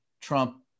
Trump